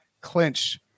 clinch